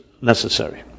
necessary